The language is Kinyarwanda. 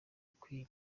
ukwiba